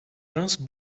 rince